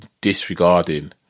disregarding